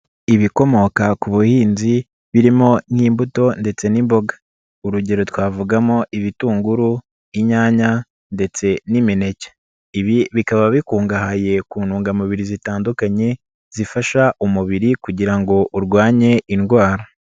Ibikomoka ku buhinzi birimo n'imbuto ndetse n'imboga, urugero twavugamo ibitunguru, inyanya ndetse n'imineke, bikaba bikungahaye ku ntungamubiri zitandukanye zifasha umubiri kugira ngo urwanye indwara.